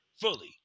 fully